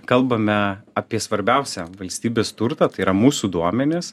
kalbame apie svarbiausią valstybės turtą tai yra mūsų duomenis